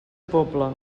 pobla